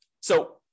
So-